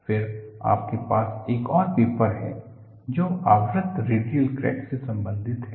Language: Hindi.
फिर आपके पास एक और पेपर है जो आवृत्त रेडियल क्रैक से संबंधित है